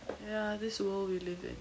ya that's the world we live in